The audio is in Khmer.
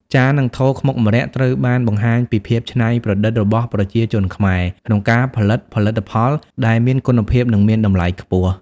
ចាន និងថូខ្មុកម្រ័ក្សណ៍បានបង្ហាញពីភាពច្នៃប្រឌិតរបស់ប្រជាជនខ្មែរក្នុងការផលិតផលិតផលដែលមានគុណភាព និងមានតម្លៃខ្ពស់។